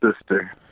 sister